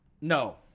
no